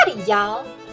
Y'all